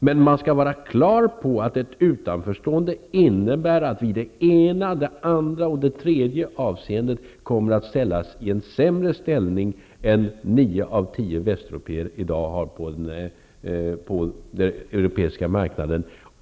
Men man skall vara klar över att ett utanförstående innebär att vi i det ena, det andra och det tredje avseendet kommer att hamna i en sämre ställning än nio av tio västeuropéer i dag inom den europeiska marknaden.